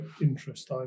interest